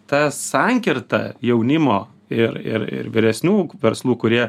ta sankirta jaunimo ir ir vir yresnių verslų kurie